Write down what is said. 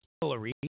Hillary